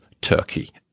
Turkey